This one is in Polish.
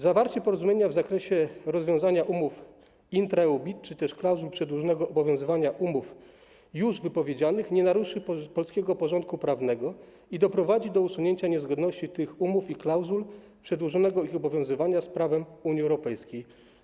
Zawarcie porozumienia w zakresie rozwiązania umów intra-EU BIT czy też klauzul przedłużonego obowiązywania umów już wypowiedzianych nie naruszy polskiego porządku prawnego i doprowadzi do usunięcia niezgodności tych umów i klauzul przedłużonego ich obowiązywania z prawem Unii Europejskiej.